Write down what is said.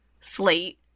slate